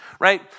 right